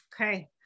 Okay